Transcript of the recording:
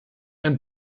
ein